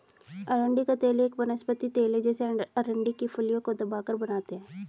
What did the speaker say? अरंडी का तेल एक वनस्पति तेल है जिसे अरंडी की फलियों को दबाकर बनाते है